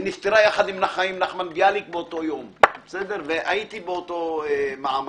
היא נפטרה יחד עם חיים נחמן ביאליק באותו יום והייתי באותו מעמד.